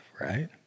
right